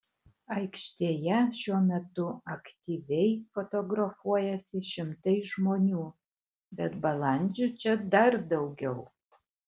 aikštėje šiuo metu aktyviai fotografuojasi šimtai žmonių bet balandžių čia dar daugiau